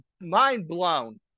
mind-blown